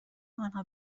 آنها